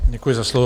Děkuji za slovo.